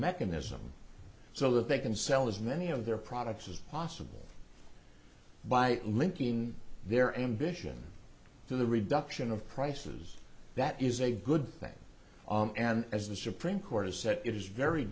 mechanism so that they can sell as many of their products as possible by linking their ambition to the reduction of prices that is a good thing and as the supreme court has said it is very